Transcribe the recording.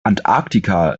antarktika